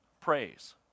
praise